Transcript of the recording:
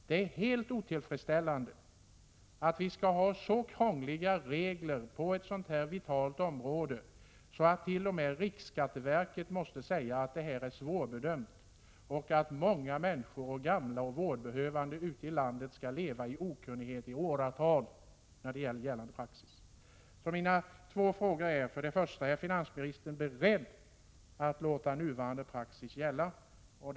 Det är helt otillfredsställande att reglerna på detta vitala område är så krångliga att t.o.m. riksskatteverket måste säga att detta är svårbedömt. På det sättet får ju många människor — gamla och vårdbehövande — ute i landet leva i okunnighet om praxis i åratal. Mina två frågor är alltså: 1. Är finansministern beredd att låta nuvarande praxis gälla? 2.